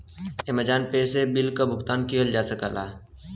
Amazon pay से bill क भुगतान किहल जा सकला